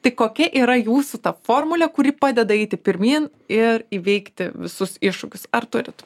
tai kokia yra jūsų ta formulė kuri padeda eiti pirmyn ir įveikti visus iššūkius ar turit